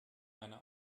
meine